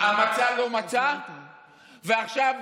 לא מספיק שאין להם תוכנית חומש,